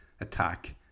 attack